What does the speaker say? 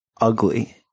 ugly